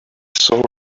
saw